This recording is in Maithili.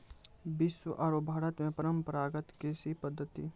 विश्व आरो भारत मॅ परंपरागत कृषि पद्धति